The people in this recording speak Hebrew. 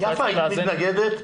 יפה, היית מתנגדת?